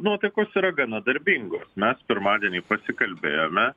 nuotaikos yra gana darbingos mes pirmadienį pasikalbėjome